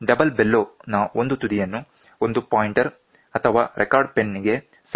double bellow ನ ಒಂದು ತುದಿಯನ್ನು ಒಂದು ಪಾಯಿಂಟರ್ ಅಥವಾ ರೆಕಾರ್ಡರ್ ಪೆನ್ ಗೆ ಸಂಪರ್ಕಿಸಲಾಗಿದೆ